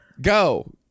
go